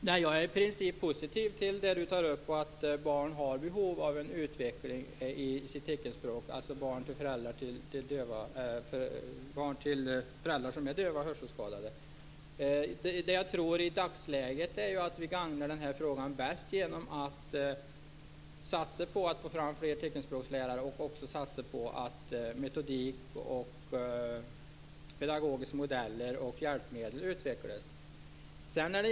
Fru talman! Jag ställer mig i princip positiv till det som Alice Åström tar upp. Barn till döva och hörselskadade har behov av att utveckla sitt teckenspråk. I dagsläget tror jag att vi gagnar frågan bäst genom att satsa på att få fram fler teckenspråkslärare och utveckla metodik, pedagogiska modeller och hjälpmedel.